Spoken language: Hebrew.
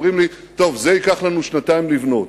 אומרים לי: טוב, את זה ייקח לנו שנתיים לבנות.